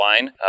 line